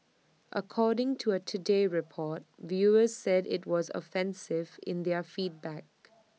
according to A today Report viewers said IT was offensive in their feedback